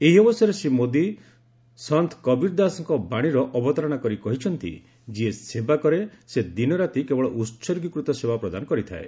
ଏହି ଅବସରରେ ଶ୍ରୀ ମୋଦୀ ସନ୍ଥ କବୀର ଦାସଙ୍କ ବାଣୀର ଅବତାରଣା କରି କହିଛନ୍ତି ଯିଏ ସେବା କରେ ସେ ଦିନ ରାତି କେବଳ ଉସର୍ଗୀକୃତ ସେବା ପ୍ରଦାନ କରିଥାଏ